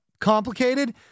complicated